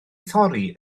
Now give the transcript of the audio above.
thorri